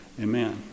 Amen